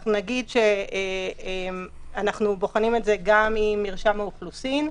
אני אגיד שאנחנו בוחנים את זה גם עם מרשם האוכלוסין.